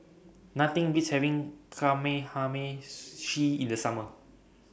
Nothing Beats having in The Summer